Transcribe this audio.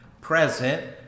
present